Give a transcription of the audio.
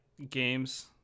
games